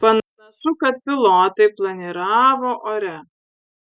panašu kad pilotai planiravo ore